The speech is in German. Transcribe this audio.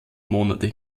monate